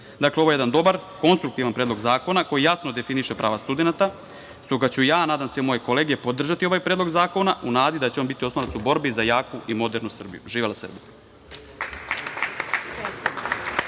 ovo je jedan dobar, konstruktivan predlog zakona, koji jasno definiše prava studenata, stoga ću ja, a nadam i moje kolege podržati ovaj predlog zakona, u nadi da će on biti oslonac u borbi za jaku i modernu Srbiju. Živela Srbija!